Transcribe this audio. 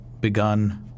begun